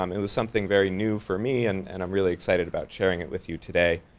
um it was something very new for me and and i'm really excited about sharing it with you today.